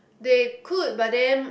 they could but then